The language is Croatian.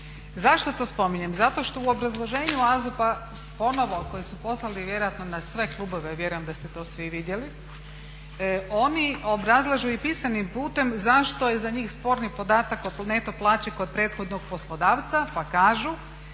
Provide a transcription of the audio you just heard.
Zašto to spominjem? Zato što u obrazloženju AZOP-a ponovno kojeg su poslali vjerojatno na sve klubove, a vjerujem da ste to svi vidjeli. Oni obrazlažu i pisanim putem zašto je za njih sporni podatak o … neto plaći kod prethodnog poslodavca pa kažu,